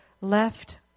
left